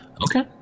Okay